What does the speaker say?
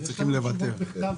אנחנו רוצים לחזק את המעמד